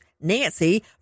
nancy